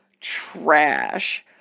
trash